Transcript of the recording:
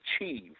achieve